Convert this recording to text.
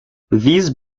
these